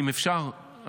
אם אפשר,